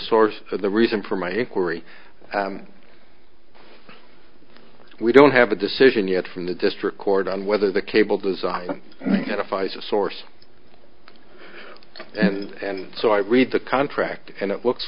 source of the reason for my inquiry we don't have a decision yet from the district court on whether the cable design defies a source and so i read the contract and it looks